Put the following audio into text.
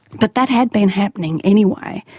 but that had been happening anyway.